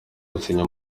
gusinya